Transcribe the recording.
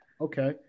Okay